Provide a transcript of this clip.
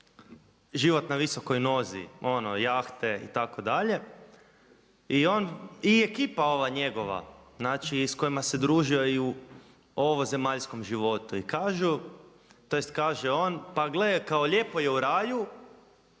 život na visokoj nozi, ono jahte itd. I on, i ekipa ova njegova, znači s kojima se družio i u ovozemaljskom životu i kažu, tj. kaže on pa gle, kao lijepo je u raju,